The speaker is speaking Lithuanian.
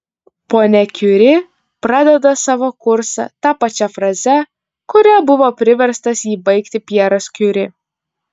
ponia kiuri pradeda savo kursą ta pačia fraze kuria buvo priverstas jį baigti pjeras kiuri